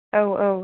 औ औ